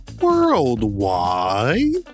Worldwide